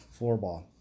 floorball